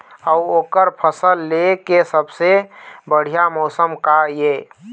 अऊ ओकर फसल लेय के सबसे बढ़िया मौसम का ये?